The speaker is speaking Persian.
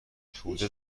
توده